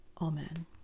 Amen